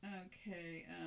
Okay